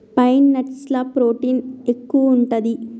pine nuts ల protein ఎక్కువు ఉంటది